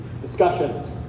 discussions